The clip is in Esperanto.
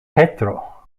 petro